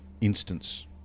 instance